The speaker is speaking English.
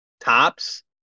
tops